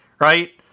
right